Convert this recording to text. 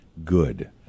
good